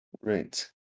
Right